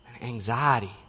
Anxiety